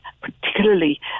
particularly